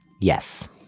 Yes